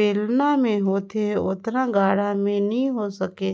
बेलना मे होथे ओतना गाड़ा मे नी होए सके